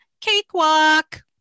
cakewalk